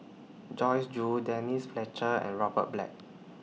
Joyce Jue Denise Fletcher and Robert Black